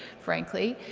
frankly,